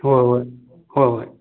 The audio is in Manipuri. ꯍꯣꯏ ꯍꯣꯏ ꯍꯣꯏ ꯍꯣꯏ